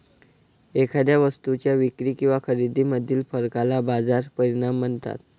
एखाद्या वस्तूच्या विक्री किंवा खरेदीमधील फरकाला बाजार परिणाम म्हणतात